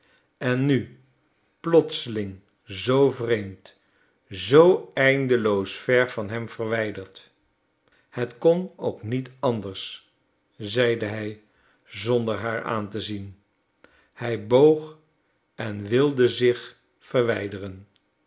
en nu plotseling zoo vreemd zoo eindeloos ver van hem verwijderd het kon ook niet anders zeide hij zonder haar aan te zien hij boog en wilde zich verwijderen